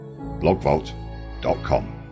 blogvault.com